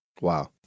Wow